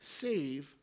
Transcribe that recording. save